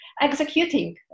executing